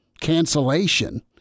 cancellation